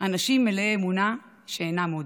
אנשים מלאי אמונה שאינם עוד.